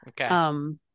Okay